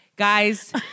Guys